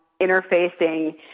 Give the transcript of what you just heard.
interfacing